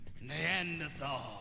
Neanderthal